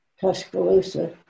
Tuscaloosa